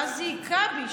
ואז זה היכה בי,